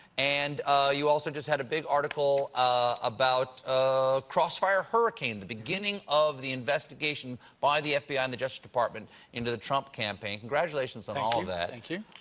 and you also just had a big article ah about ah crossfire hurricane, the beginning of the investigation by the f b i. and the justice department into the trump campaign. congratulations on all that. thank you.